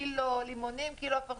קילו לימונים או קילו אפרסקים.